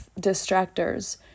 distractors